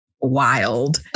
wild